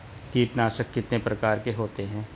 कीटनाशक कितने प्रकार के होते हैं?